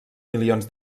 milions